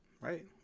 right